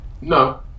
No